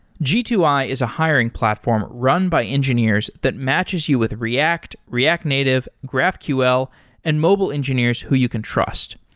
g two i is a hiring platform run by engineers that matches you with react, react native, graphql and mobile engineers who you can trust.